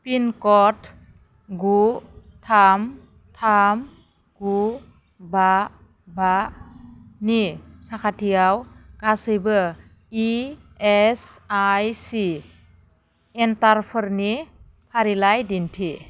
पिनक'ड गु थाम थाम गु बा बानि साखाथियाव गासैबो इ एस आइ सि सेन्टारफोरनि फारिलाइ दिन्थि